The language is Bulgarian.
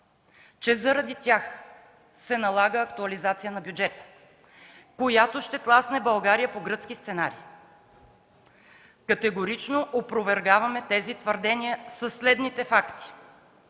че заради тях се налага актуализация на бюджета, която ще тласне България по гръцки сценарий. Категорично опровергаваме тези твърдения със следните факти.